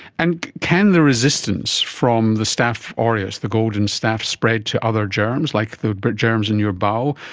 and can the resistance from the staph ah aureus, the golden staph, spread to other germs, like the germs in your bowel?